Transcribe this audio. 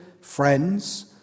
friends